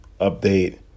update